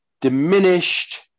diminished